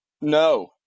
no